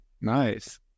nice